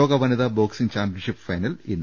ലോക വനിതാ boxing championship final ഇന്ന്